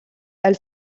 elle